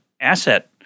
asset